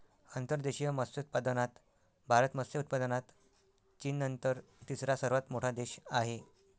अंतर्देशीय मत्स्योत्पादनात भारत मत्स्य उत्पादनात चीननंतर तिसरा सर्वात मोठा देश आहे